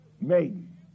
maiden